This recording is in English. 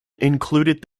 included